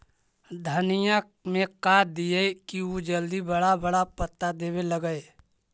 धनिया में का दियै कि उ जल्दी बड़ा बड़ा पता देवे लगै?